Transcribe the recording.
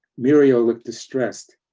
muriel look distressed.